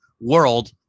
world